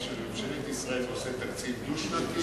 של ממשלת ישראל ועושה תקציב דו-שנתי,